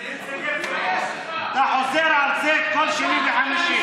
אתה חוזר על זה כל שני וחמישי.